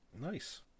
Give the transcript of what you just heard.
nice